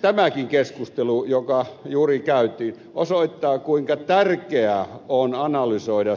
tämäkin keskustelu joka juuri käytiin osoittaa kuinka tärkeää on analysoida